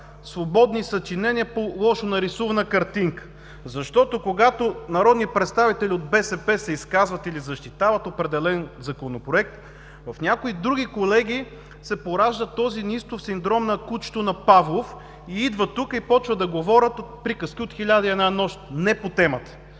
свободни съчинения по лошо нарисувана картинка. Защото, когато народни представители от БСП се изказват или защитават определен Законопроект, в някои други колеги се поражда този неистов синдром на кучето на Павлов, идват тук и почват да говорят „Приказки от хиляди и една нощ“ – не по темата.